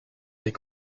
est